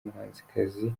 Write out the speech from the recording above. umuhanzikazi